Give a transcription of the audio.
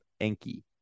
Enki